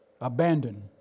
abandoned